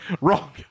Wrong